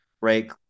Right